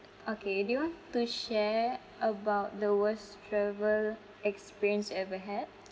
okay do you want to share about the worst travel experience you ever had